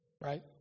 right